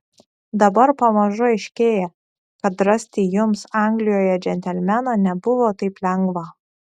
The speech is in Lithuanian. dabar pamažu aiškėja kad rasti jums anglijoje džentelmeną nebuvo taip lengva